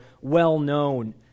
well-known